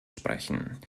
sprechen